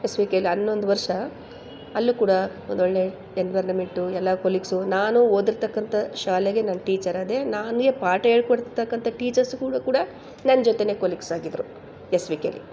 S V ಕೆಲಿ ಹನ್ನೊಂದು ವರ್ಷ ಅಲ್ಲೂ ಕೂಡ ಒಂದೊಳ್ಳೆ ಎನ್ವೈರನ್ಮೆಂಟು ಎಲ್ಲ ಕೊಲೀಗ್ಸು ನಾನು ಓದಿರ್ತಕ್ಕಂಥ ಶಾಲೆಗೆ ನಾನು ಟೀಚರಾದೆ ನಾನೇ ಪಾಠ ಹೇಳ್ಕೊಡ್ತಕ್ಕಂಥ ಟೀಚರ್ಸ್ಗಳು ಕೂಡ ನನ್ನ ಜೊತೇನೆ ಕೊಲೀಗ್ಸಾಗಿದ್ದರು ಎಸ್ ವಿ ಕೆಲ್ಲಿ